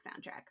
soundtrack